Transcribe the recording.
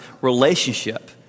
relationship